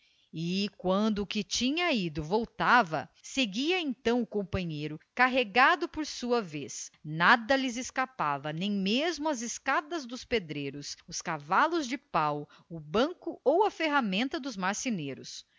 e quando o que tinha ido voltava seguia então o companheiro carregado por sua vez nada lhes escapava nem mesmo as escadas dos pedreiros os cavalos de pau o banco ou a ferramenta dos marceneiros